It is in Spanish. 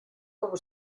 como